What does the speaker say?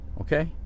okay